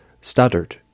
stuttered